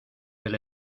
del